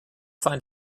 find